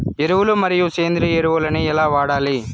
ఎరువులు మరియు సేంద్రియ ఎరువులని ఎలా వాడాలి?